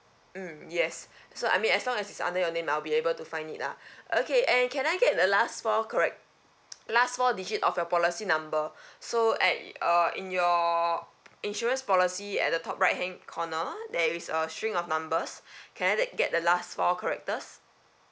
mm yes so I mean as long as it's under your name I'll be able to find it lah okay and can I get the last four charac~ last four digit of your policy number so at uh in your insurance policy at the top right hand corner there is a string of numbers can I get the last four characters